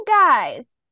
guys